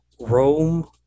Rome